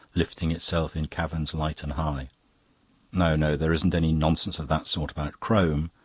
lifting itself in caverns light and high no, no, there isn't any nonsense of that sort about crome.